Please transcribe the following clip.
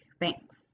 Thanks